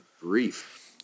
grief